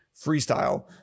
freestyle